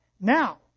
now